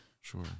Sure